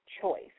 choice